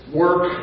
work